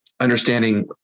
understanding